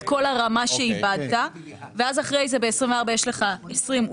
כל הרמה שאיבדת ואז אחר כך ב-2024 יש לך 2023,